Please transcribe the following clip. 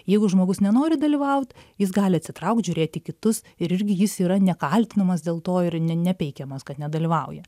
jeigu žmogus nenori dalyvaut jis gali atsitraukt žiūrėti kitus ir irgi jis yra nekaltinamas dėl to ir ne nepeikiamas kad nedalyvauja